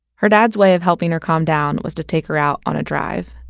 her dad's way of helping her calm down was to take her out on a drive.